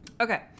Okay